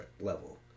level